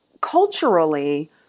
culturally